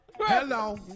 Hello